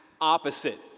opposite